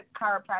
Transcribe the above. chiropractic